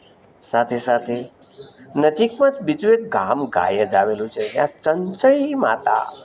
સાથે સાથે નજીકમાં જ બીજું એક ગામ ગાયજ આવેલું છે જયાં ચંચય માતા